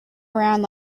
around